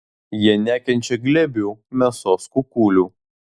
jie nekenčia glebių mėsos kukulių